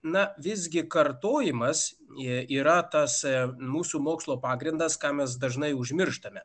na visgi kartojimas yra tasai mūsų mokslo pagrindas ką mes dažnai užmirštame